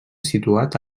situat